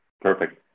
Perfect